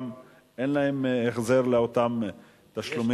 גם אין להם החזר לאותם תשלומים,